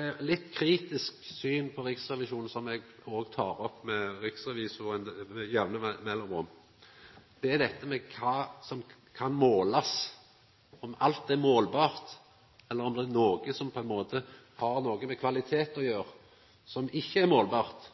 eit litt kritisk syn på Riksrevisjonen, som eg òg tek opp med riksrevisoren med jamne mellomrom. Det er dette med kva som kan målast – om alt er målbart, eller om det er noko som på ein måte har med kvalitet å gjera, som ikkje er målbart.